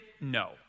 no